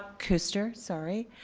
kuester, sorry.